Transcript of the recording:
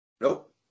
Nope